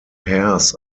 hairs